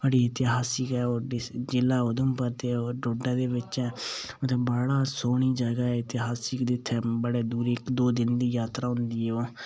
बड़ी इतिहासक ऐ ओह् जेह्ड़ा उधमपुर ते डोडा दे बिच ऐ उत्थें बड़ी सोहनी जगह ऐ इतिहासक उत्थै दूर ऐ इक्क दो दिन दी जात्तरा होंदी ऐ